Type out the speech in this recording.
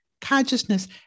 consciousness